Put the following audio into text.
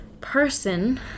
person